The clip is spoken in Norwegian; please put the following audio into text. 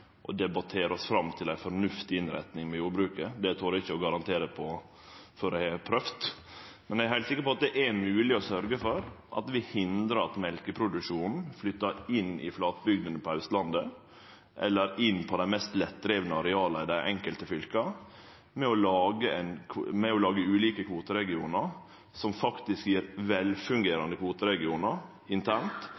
debattere oss fram til ei fornuftig innretning i jordbruket. Det torer eg ikkje å garantere før eg har prøvd, men eg er heilt sikker på at det er mogleg å sørgje for at det vil hindre at mjølkeproduksjonen flyttar inn i flatbygdene på Austlandet eller inn på dei mest lettdrivne areala i dei enkelte fylka, med å lage ulike kvoteregionar som faktisk